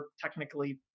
technically